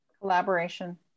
collaboration